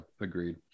agreed